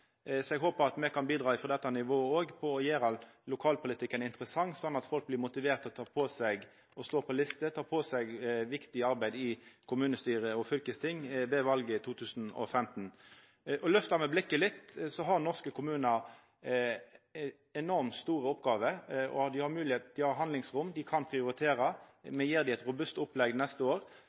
Eg håpar at me òg frå dette nivået kan bidra til å gjera lokalpolitikken interessant, slik at folk blir motiverte til å stå på ei liste og ta på seg viktig arbeid i kommunestyre og fylkesting ved valet i 2015. Lyftar me blikket litt, ser me at norske kommunar har enormt store oppgåver – og dei har moglegheit, dei har handlingsrom, dei kan prioritera. Me gjev dei eit robust opplegg neste år.